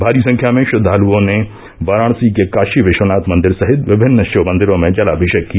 भारी संख्या में श्रद्वालुओं ने वाराणसी के काषी विष्वनाथ मंदिर सहित विभिन्न षिव मंदिरों मे जलाभिशेक किया